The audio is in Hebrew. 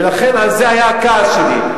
על זה היה הכעס שלי.